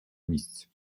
місць